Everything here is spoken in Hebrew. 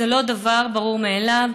זה לא דבר ברור מאליו.